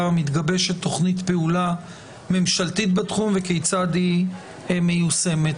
מתגבשת תוכנית פעולה ממשלתית בתחום וכיצד היא מיושמת.